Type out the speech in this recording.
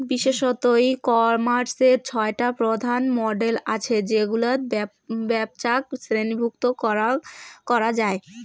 বিশেষতঃ ই কমার্সের ছয়টা প্রধান মডেল আছে যেগুলাত ব্যপছাক শ্রেণীভুক্ত করা যায়